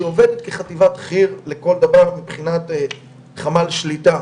שעובדת כחטיבת חי"ר לכל דבר מבחינת חמ"ל שליטה.